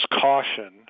caution